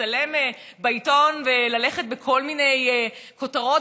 להצטלם בעיתון וללכת בכל מיני כותרות,